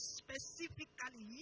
specifically